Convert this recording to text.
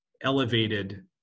elevated